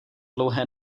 dlouhé